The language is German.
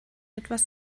etwas